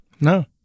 No